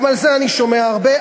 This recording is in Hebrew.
גם על זה אני שומע הרבה,